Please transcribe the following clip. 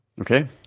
Okay